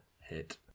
hit